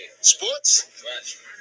Sports